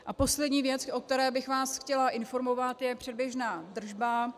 A poslední věc, o které bych vás chtěla informovat, je předběžná držba.